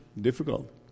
difficult